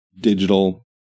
digital